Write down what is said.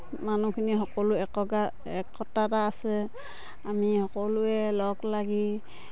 মানুহখিনিৰ সকলোৰে এককা একতা এটা আছে আমি সকলোৱে লগ লাগি